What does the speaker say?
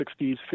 60s